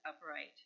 upright